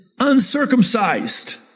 uncircumcised